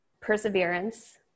perseverance